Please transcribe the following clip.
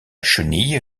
chenille